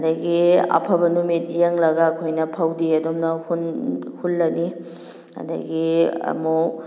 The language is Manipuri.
ꯑꯗꯨꯗꯒꯤ ꯑꯐꯕ ꯅꯨꯃꯤꯠ ꯌꯦꯡꯂꯒ ꯑꯩꯈꯣꯏꯅ ꯐꯧꯗꯤ ꯑꯗꯨꯝꯅ ꯍꯨꯜꯂꯅꯤ ꯑꯗꯨꯗꯒꯤ ꯑꯃꯨꯛ